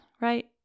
right